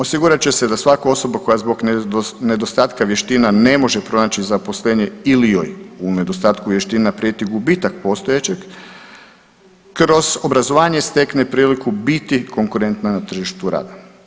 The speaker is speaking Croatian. Osigurat će se da svaka osoba koja zbog nedostatka vještina ne može pronaći zaposlenje ili joj u nedostatku vještina prijeti gubitak postojećeg kroz obrazovanje stekne priliku biti konkurentna na tržištu rada.